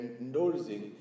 endorsing